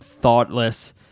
thoughtless